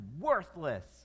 worthless